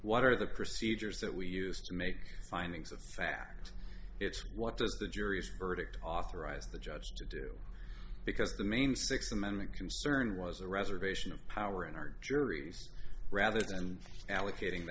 what are the procedures that we use to make findings of fact it's what does the jury's verdict authorize the judge to do because the main six amendment concern was the reservation of power in our juries rather than allocating